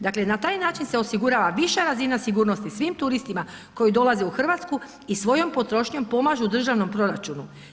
Dakle, na taj način se osigurava viša razina sigurnosti svim turistima koji dolaze u RH i svojom potrošnjom pomažu državnom proračunu.